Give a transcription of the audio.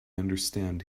understand